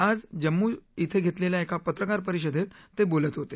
आज जम्मूत घेतलेल्या एका पत्रकार परिषदेत ते बोलत होते